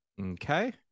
Okay